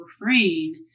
refrain